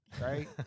right